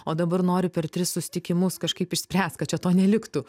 o dabar nori per tris susitikimus kažkaip išspręst kad čia to neliktų